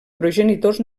progenitors